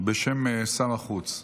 בשם שר החוץ.